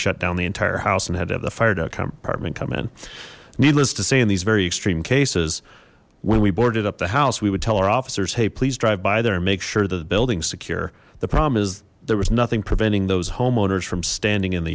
shut down the entire house and had the fire department come in needless to say in these very extreme cases when we boarded up the house we would tell our officers hey please drive by there and make sure the building's secure the problem is there was nothing preventing those home from standing in the